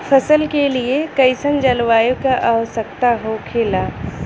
फसल के लिए कईसन जलवायु का आवश्यकता हो खेला?